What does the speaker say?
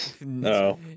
No